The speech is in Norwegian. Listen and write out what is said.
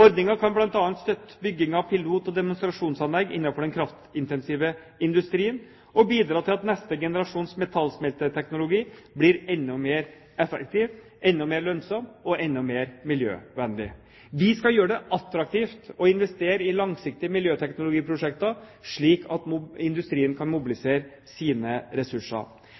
Ordningen kan bl.a. støtte byggingen av pilot- og demonstrasjonsanlegg innenfor den kraftintensive industrien og bidra til at neste generasjons metallsmelteteknologi blir enda mer effektiv, enda mer lønnsom og enda mer miljøvennlig. Vi skal gjøre det attraktivt å investere i langsiktige miljøteknologiprosjekter, slik at industrien kan mobilisere sine ressurser.